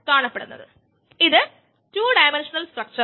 നമുക്ക് ആ ആശയം സാമാന്യവൽക്കരിക്കാം